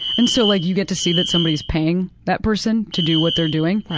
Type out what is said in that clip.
and so like you get to see that somebody is paying that person to do what they're doing.